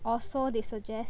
also they suggest